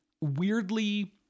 Weirdly